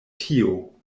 tio